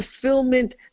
fulfillment